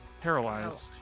paralyzed